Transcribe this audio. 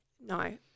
No